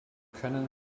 können